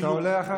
אתה עולה אחריו.